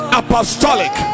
apostolic